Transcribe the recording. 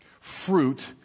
fruit